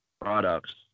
products